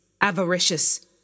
avaricious